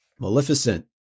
Maleficent